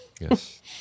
Yes